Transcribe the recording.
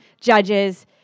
Judges